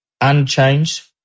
unchanged